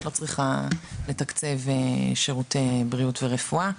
לא צריכה לתקצב שירותי בריאות ורפואה.